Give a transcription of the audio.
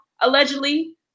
allegedly